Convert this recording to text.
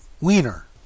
wiener